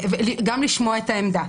גם לשמוע את העמדה,